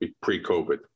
pre-COVID